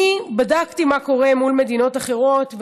אני בדקתי מה קורה במדינות אחרות,